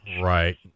right